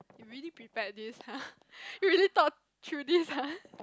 really prepared this [huh] you really thought through this [huh]